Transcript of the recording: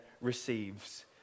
receives